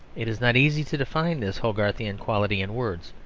it is not easy to define this hogarthian quality in words,